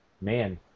Man